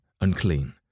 unclean